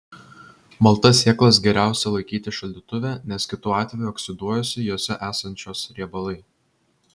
maltas sėklas geriausia laikyti šaldytuve nes kitu atveju oksiduojasi jose esančios riebalai